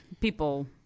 people –